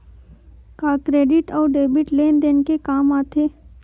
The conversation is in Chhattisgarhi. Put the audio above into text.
का क्रेडिट अउ डेबिट लेन देन के काम आथे?